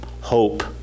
hope